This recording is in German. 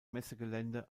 messegelände